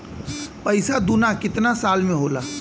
पैसा दूना कितना साल मे होला?